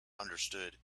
understood